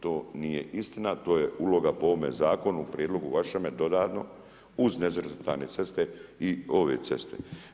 To nije istina, to je uloga po ovome zakonu prijedlogu vašem dodatno uz nerazvrstane ceste i ove ceste.